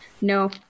no